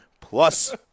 plus